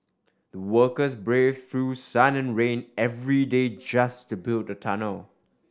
the workers braved through sun and rain every day just to build the tunnel